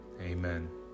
Amen